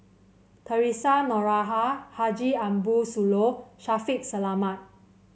Theresa Noronha Haji Ambo Sooloh Shaffiq Selamat